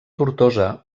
tortosa